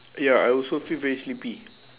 ya I also feel very sleepy